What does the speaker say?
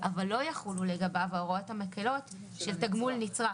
אבל לא יחולו לגביו ההוראות המקלות של תגמול נצרך,